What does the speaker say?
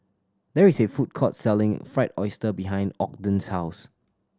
there is a food court selling Fried Oyster behind Ogden's house